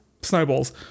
Snowballs